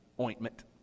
ointment